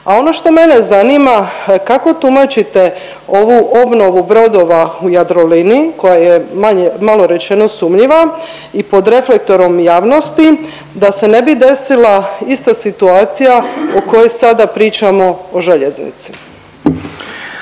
A ono što mene zanima kako tumačite ovu obnovu brodova u Jadroliniji, koja je malo rečeno sumnjiva i pod reflektorom javnosti da se ne bi desila ista situacija o kojoj sada pričamo o željeznici?